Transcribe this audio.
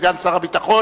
סגן שר הביטחון,